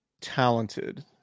talented